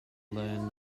learn